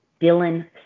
Dylan